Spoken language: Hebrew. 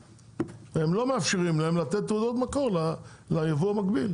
הם לא מאפשרים להם לתת תעודות מקור ליבוא המקביל,